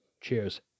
Cheers